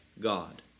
God